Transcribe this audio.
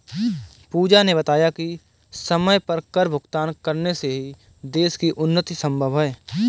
पूजा ने बताया कि समय पर कर भुगतान करने से ही देश की उन्नति संभव है